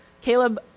Caleb